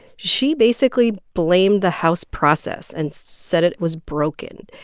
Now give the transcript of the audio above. she basically blamed the house process and said it was broken.